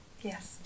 Yes